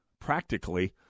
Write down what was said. practically